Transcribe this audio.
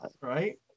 Right